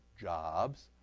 jobs